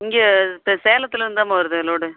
இங்கே த சேலத்துலேருந்தாம்மா வருது லோடு